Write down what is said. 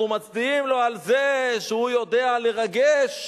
אנחנו מצדיעים לו על זה שהוא יודע לרגש.